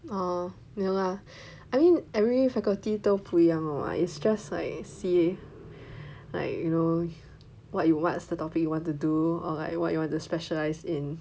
orh ya lah I mean every faculty 都不一样 [what] it's just like see like you know what you what's the topic you want to do or like what you want to specialise in